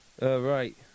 Right